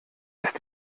ist